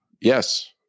yes